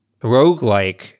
roguelike